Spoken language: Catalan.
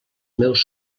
meus